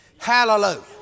Hallelujah